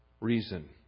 reason